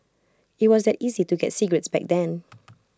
IT was that easy to get cigarettes back then